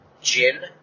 Gin